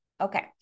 Okay